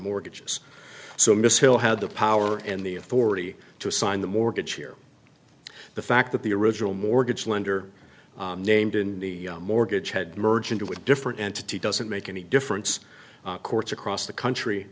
mortgages so miss hill had the power and the authority to assign the mortgage here the fact that the original mortgage lender named in the mortgage had merged into a different entity doesn't make any difference courts across the country